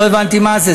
לא הבנתי מה זה.